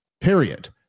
period